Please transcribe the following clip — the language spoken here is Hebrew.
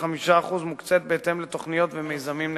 כ-5% מוקצית בהתאם לתוכניות ומיזמים נקודתיים.